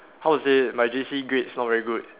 how to say my J_C grades not very good